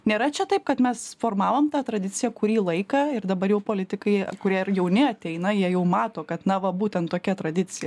nėra čia taip kad mes formavom tą tradiciją kurį laiką ir dabar jau politikai kurie ir jauni ateina jie jau mato kad na va būtent tokia tradicija